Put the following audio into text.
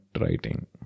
writing